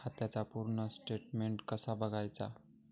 खात्याचा पूर्ण स्टेटमेट कसा बगायचा?